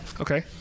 okay